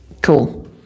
Cool